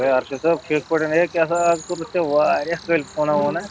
ہے ارشِد صٲب ٹھیٖک پٲٹھۍ ہے کیٛاہ سا آز کوٚرتھ ژے واریاہ کٲلۍ فونہ وونہ